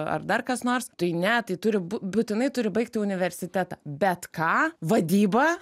ar dar kas nors tai ne tai turi būt būtinai turi baigti universitetą bet ką vadybą